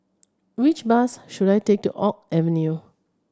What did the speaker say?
which bus should I take to Oak Avenue